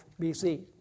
BC